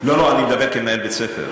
לא לא, אני מדבר כמנהל בית-ספר.